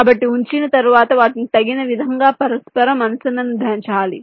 కాబట్టి ఉంచిన తరువాత వాటిని తగిన విధంగా పరస్పరం అనుసంధానించాలి